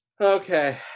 Okay